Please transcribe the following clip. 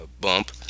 bump